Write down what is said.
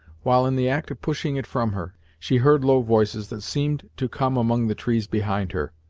while in the act of pushing it from her, she heard low voices that seemed to come among the trees behind her.